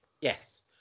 Yes